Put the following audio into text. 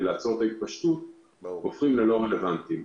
לעצור את ההתפשטות הופכים ללא רלוונטיים.